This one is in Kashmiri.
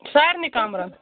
سارنٕے کَمرَن